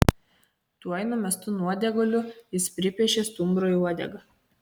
tuoj numestu nuodėguliu jis pripiešė stumbrui uodegą